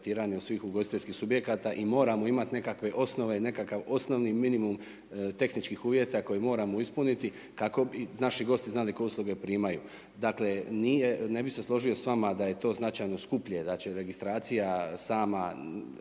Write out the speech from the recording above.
svih ugostiteljskih subjekata i moramo imati nekakve osnove i nekakav osnovni minimum tehničkih uvjeta koje moramo ispuniti, kako i naši gosti znali koje usluge primaju. Dakle, nije, ne bi se složio s vama da je to značajno skuplje, znači registracija sama